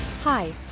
Hi